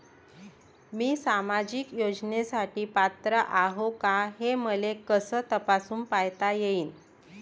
मी सामाजिक योजनेसाठी पात्र आहो का, हे मले कस तपासून पायता येईन?